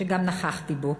שגם אני נכחתי בו.